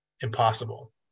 impossible